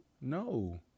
No